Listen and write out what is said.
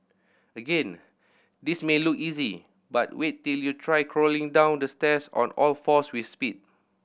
again this may look easy but wait till you try crawling down the stairs on all fours with speed